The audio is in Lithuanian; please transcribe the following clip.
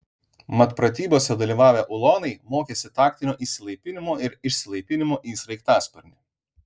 mat pratybose dalyvavę ulonai mokėsi taktinio įsilaipinimo ir išsilaipinimo į sraigtasparnį